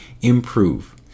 improve